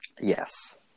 Yes